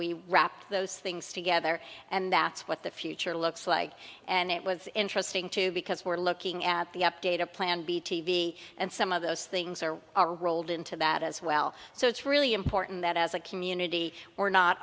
we wrapped those things together and that's what the future looks like and it was interesting too because we're looking at the up data plan b t v and some of those things are all rolled into that as well so it's really important that as a community we're not